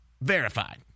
verified